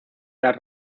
las